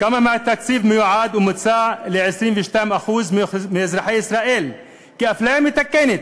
כמה מהתקציב מיועד ומוצע ל-22% מאזרחי ישראל כאפליה מתקנת?